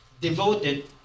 devoted